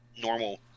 normal